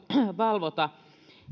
valvota